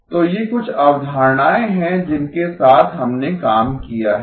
तो ये कुछ अवधारणाएं हैं जिनके साथ हमने काम किया है